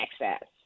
access